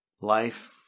life